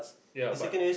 ya but